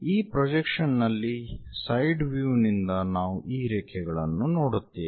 ಈ ಪ್ರೊಜೆಕ್ಷನ್ ನಲ್ಲಿ side view ನಿಂದ ನಾವು ಈ ರೇಖೆಗಳನ್ನು ನೋಡುತ್ತೇವೆ